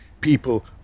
people